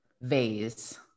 vase